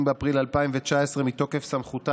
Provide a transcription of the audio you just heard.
אייכלר ומאיר כהן לסגנים ליושב-ראש הכנסת נתקבלה.